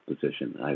position